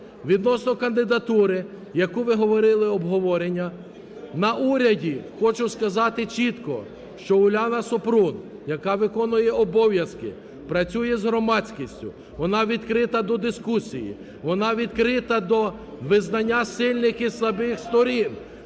відносно кандидатури, яку ви говорили обговорення на уряді, хочу сказати чітко, що Уляна Супрун, яка виконує обов'язки, працює із громадськістю, вона відкрита до дискусії, вона відкрита до визнання сильних і слабих сторін